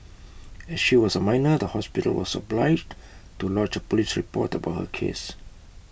as she was A minor the hospital was obliged to lodge A Police report about her case